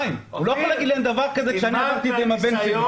הוא לא יכול להגיד לי שאין דבר כזה כשאני עברתי את זה עם הבן שלי.